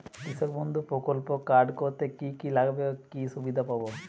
কৃষক বন্ধু প্রকল্প কার্ড করতে কি কি লাগবে ও কি সুবিধা পাব?